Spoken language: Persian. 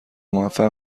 موفق